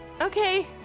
Okay